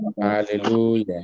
Hallelujah